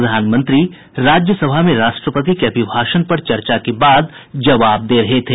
प्रधानमंत्री राज्यसभा में राष्ट्रपति के अभिभाषण पर चर्चा के बाद जवाब दे रहे थे